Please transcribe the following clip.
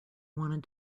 wanted